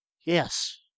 Yes